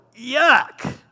yuck